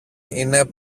είναι